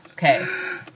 Okay